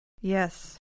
Yes